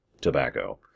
tobacco